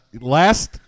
Last